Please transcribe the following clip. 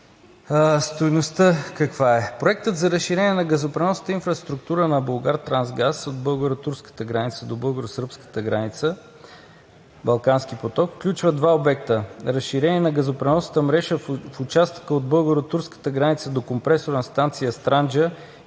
стойността каква е?